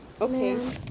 Okay